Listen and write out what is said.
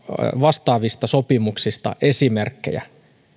vastaavista sopimuksista esimerkkejä